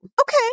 okay